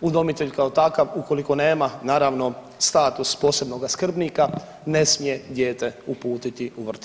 udomitelj kao takav ukoliko nema naravno status posebnoga skrbnika ne smije dijete uputiti u vrtić.